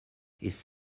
his